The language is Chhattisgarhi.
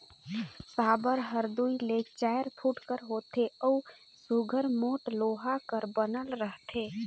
साबर हर दूई ले चाएर फुट कर होथे अउ सुग्घर मोट लोहा कर बनल रहथे